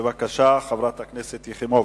בבקשה, חברת הכנסת יחימוביץ.